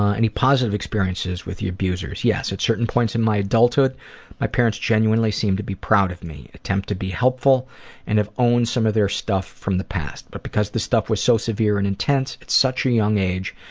ah any positive experiences with the abusers? yes. at certain periods in my adulthood my parents genuinely seemed to be proud of me. attempt to be helpful and have owned some of their stuff from the past. but because the stuff was so severe and intense at such a young age,